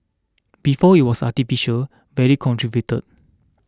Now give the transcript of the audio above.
before it was artificial very contrived